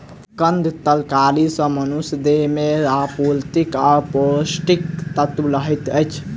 कंद तरकारी सॅ मनुषक देह में स्फूर्ति आ पौष्टिक तत्व रहैत अछि